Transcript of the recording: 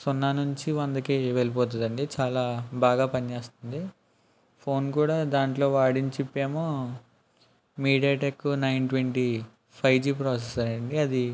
సున్నా నుంచి వందకి వెళ్ళిపోతుందండీ చాలా బాగా పనిచేస్తుంది ఫోన్ కూడా దాంట్లో వాడిన చిప్ ఏమో MediaTek nine twenty five G processor అండీ అది